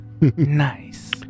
nice